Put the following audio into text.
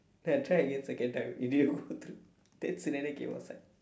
then I try again second time it didn't go through then came outside